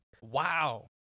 Wow